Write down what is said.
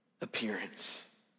appearance